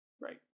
Right